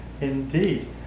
Indeed